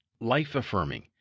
Life-affirming